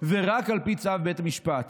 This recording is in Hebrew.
ורק על פי צו בית משפט".